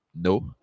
No